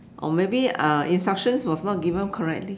or maybe uh instructions was not given correctly